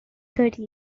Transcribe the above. thirty